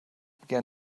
began